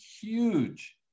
huge